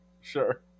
Sure